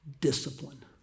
discipline